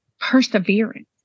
perseverance